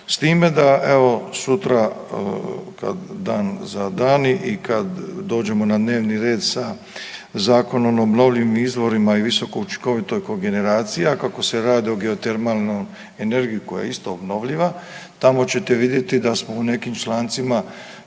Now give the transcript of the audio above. s time da, evo, sutra kad dan za dan, i kad dođemo na dnevni red sa Zakonom o obnovljivim izvorima i visokoučinkovitoj kogeneracija, kako se radi o geotermalnoj energiji, koja je isto obnovljiva, tamo ćete vidjeti da smo u nekim člancima